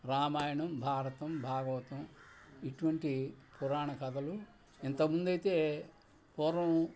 రామాయణం భారతం భాగవతం ఇటువంటి పురాణ కథలు ఇంతకముందైతే పూర్వం